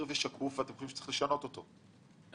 ושקוף ואתם חושבים שצריך לשנות אותו,